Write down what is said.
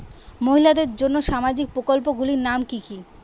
মহিলাদের জন্য সামাজিক প্রকল্প গুলির নাম কি কি?